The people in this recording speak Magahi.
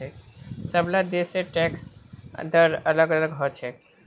सबला देशेर टैक्स दर अलग अलग ह छेक